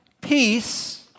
peace